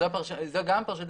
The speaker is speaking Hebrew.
זאת פרשנות